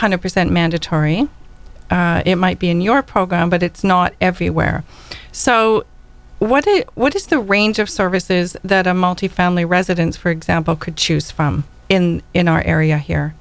hundred percent mandatory it might be in your program but it's not everywhere so what is what is the range of services that a multifamily residence for example could choose from in in our area here